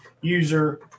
user